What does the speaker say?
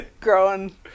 growing